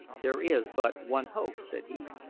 there is but one hope, said he,